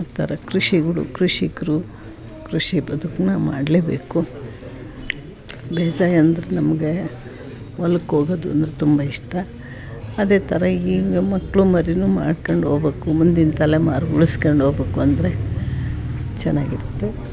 ಆ ಥರ ಕೃಷಿಗಳು ಕೃಷಿಕರು ಕೃಷಿ ಬದುಕನ್ನ ಮಾಡಲೇಬೇಕು ಬೇಸಾಯ ಅಂದರೆ ನಮಗೆ ಹೊಲಕ್ ಹೋಗದು ಅಂದ್ರೆ ತುಂಬ ಇಷ್ಟ ಅದೇ ಥರ ಈಗೀಗ ಮಕ್ಕಳು ಮರಿನೂ ಮಾಡ್ಕಂಡು ಹೋಬೇಕು ಮುಂದಿನ ತಲೆಮಾರು ಉಳ್ಸ್ಕಂಡ್ ಹೋಬೇಕು ಅಂದರೆ ಚೆನ್ನಾಗಿರ್ತೆ